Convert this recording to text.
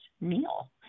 meal